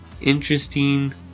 interesting